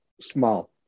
small